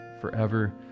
forever